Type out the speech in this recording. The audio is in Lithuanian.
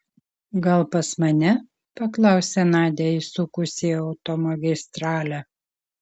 gal pas mane paklausė nadia įsukusi į automagistralę